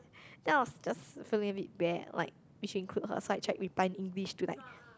then I was just feeling a bit bad like we should include her so I tried reply in English to like